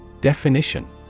Definition